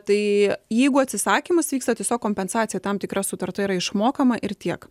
tai jeigu atsisakymas vyksta tiesiog kompensacija tam tikra sutarta yra išmokama ir tiek